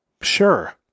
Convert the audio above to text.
sure